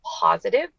positive